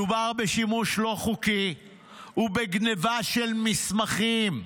מדובר בשימוש לא חוקי ובגנבה של מסמכים,